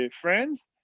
friends